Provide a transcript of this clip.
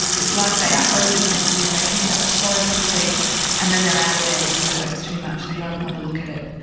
it's like they are over-sensitive, they pick it up so quickly and then they're out of there because it hurts too much, they don't want to look at it,